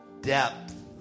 depth